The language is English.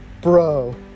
bro